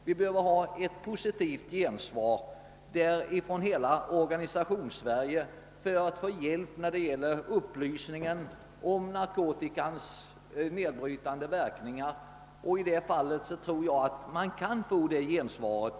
Vi behöver ett positivt gensvar från hela Organisationssverige för att få hjälp när det gäller upplysning om narkotikans nedbrytande verkningar — och jag tror att man kan få det gensvaret.